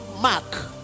mark